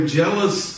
jealous